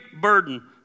burden